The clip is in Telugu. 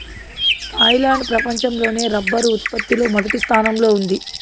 థాయిలాండ్ ప్రపంచం లోనే రబ్బరు ఉత్పత్తి లో మొదటి స్థానంలో ఉంది